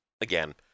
again